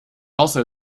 also